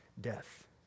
death